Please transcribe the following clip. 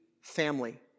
family